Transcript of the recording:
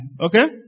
Okay